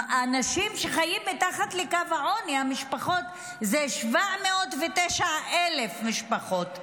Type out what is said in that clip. אנשים שחיים מתחת לקו העוני זה 709,000 משפחות.